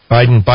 Biden